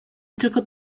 tylko